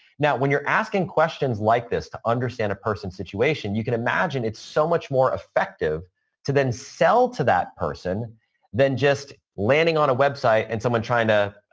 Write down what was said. now, when you're asking questions like this to understand a person's situation, you can imagine it's so much more effective to then sell to that person than just landing on a website and someone trying to